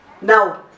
Now